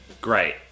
Great